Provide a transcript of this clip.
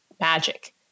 magic